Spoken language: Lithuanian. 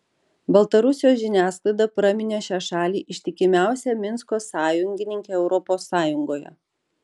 baltarusijos žiniasklaida praminė šią šalį ištikimiausia minsko sąjungininke europos sąjungoje